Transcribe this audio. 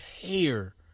hair